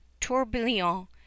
*Tourbillon*